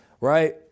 right